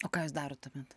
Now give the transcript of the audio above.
o ką jūs darot tuomet